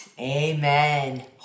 Amen